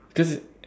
cause it